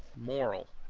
moral,